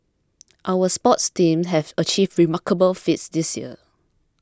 our sports team have achieved remarkable feats this year